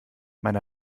meine